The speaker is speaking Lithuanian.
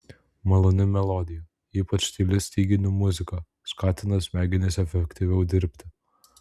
maloni melodija ypač tyli styginių muzika skatina smegenis efektyviau dirbti